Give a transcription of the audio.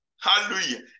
Hallelujah